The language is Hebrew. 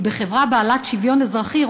כי בחברה בעלת שוויון אזרחי,